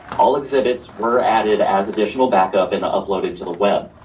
all exhibits were added as additional backup and uploaded to the web.